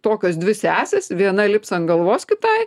tokios dvi sesės viena lips ant galvos kitai